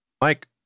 Mike